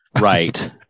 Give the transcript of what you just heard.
right